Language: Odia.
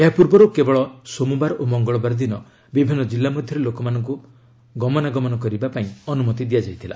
ଏହା ପୂର୍ବର୍ କେବଳ ସୋମବାର ଓ ମଙ୍ଗଳବାର ଦିନ ବିଭିନ୍ନ କିଲ୍ଲା ମଧ୍ୟରେ ଲୋକମାନଙ୍କୁ ଗମନାଗମନ କରିବାପାଇଁ ଅନୁମତି ଦିଆଯାଇଥିଲା